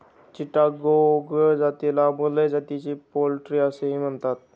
चिटागोंग जातीला मलय जातीची पोल्ट्री असेही म्हणतात